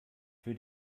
für